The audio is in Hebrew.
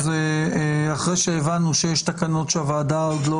אחרי שהבנו שיש תקנות שהוועדה עוד לא